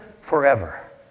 forever